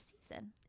season